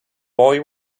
boy